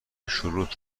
شروط